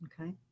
Okay